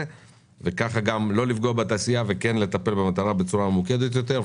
וכך לא לפגוע בתעשייה וכן לטפל במטרה בצורה ממוקדת יותר.